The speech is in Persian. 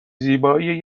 زیبایی